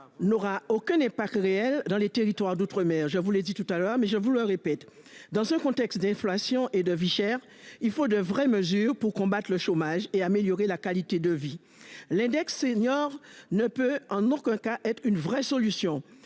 n'aura aucun n'est pas réel dans les territoires d'outre-mer je vous l'ai dit tout à l'heure, mais je vous le répète, dans ce contexte d'inflation et de vie chère. Il faut de vraies mesures pour combattre le chômage et améliorer la qualité de vie, l'index senior ne peut en aucun cas être une vraie solution.